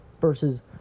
Versus